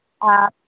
ᱟᱨ